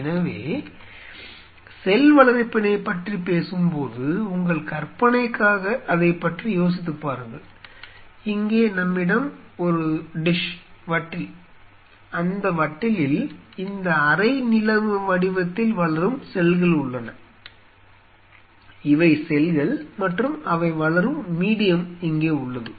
எனவே செல் வளர்ப்பினைப் பற்றி பேசும்போது உங்கள் கற்பனைக்காக அதைப் பற்றி யோசித்துப் பாருங்கள் இங்கே நம்மிடம் ஒரு வட்டில் அந்த வட்டிலில் இந்த அரை நிலவு வடிவத்தில் வளரும் செல்கள் உள்ளன இவை செல்கள் மற்றும் அவை வளரும் மீடியம் இங்கே உள்ளது